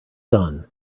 done